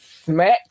smack